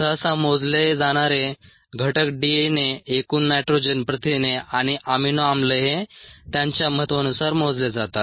सहसा मोजले जाणारे घटक डीएनए एकूण नायट्रोजन प्रथिने आणि अमिनो आम्ल हे त्यांच्या महत्वानुसार मोजले जातात